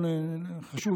וחשוב